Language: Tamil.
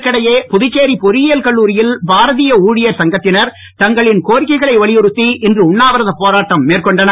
இதற்கிடையே புதுச்சேரி பொறியியல் கல்லூரியில் பாரதிய ஊழியர் சங்கத்தினர் தங்களின் கோரிக்கைகளை வலியுறுத்தி இன்று உண்ணாவிரதப் போராட்டம் மேற்கொண்டனர்